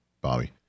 bobby